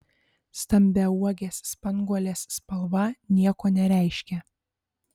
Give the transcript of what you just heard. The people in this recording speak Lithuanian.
stambiauogės spanguolės spalva nieko nereiškia